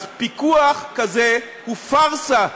אז פיקוח כזה הוא פארסה.